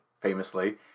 famously